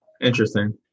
interesting